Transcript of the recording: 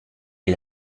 est